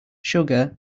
sugar